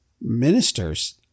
ministers